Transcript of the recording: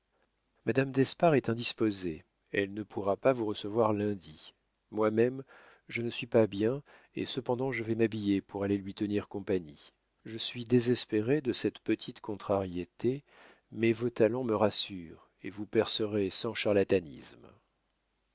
madame d'espard est indisposée elle ne pourra pas vous recevoir lundi moi-même je ne suis pas bien et cependant je vais m'habiller pour aller lui tenir compagnie je suis désespérée de cette petite contrariété mais vos talents me rassurent et vous percerez sans charlatanisme